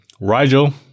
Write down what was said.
Rigel